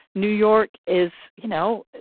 new york is you know,